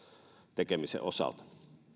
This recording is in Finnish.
tekemisen osalta